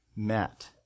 met